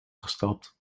gestapt